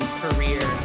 career